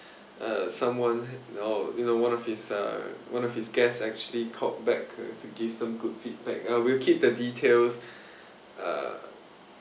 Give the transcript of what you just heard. uh someone you know one of his uh one of his guests actually called back to give some good feedback uh we'll keep the details uh